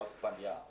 או עגבנייה,